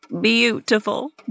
Beautiful